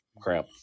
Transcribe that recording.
crap